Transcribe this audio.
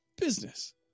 business